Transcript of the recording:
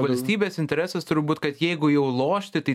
valstybės interesas turi būt kad jeigu jau lošti tai